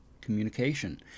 communication